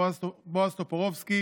בועז טופורובסקי,